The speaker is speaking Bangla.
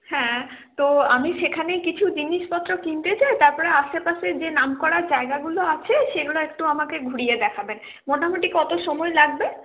হ্যাঁ তো আমি সেখানে কিছু জিনিসপত্র কিনতে চাই তার পরে আশেপাশে যে নামকরা জায়গাগুলো আছে সেগুলো একটু আমাকে ঘুরিয়ে দেখাবেন মোটামুটি কত সময় লাগবে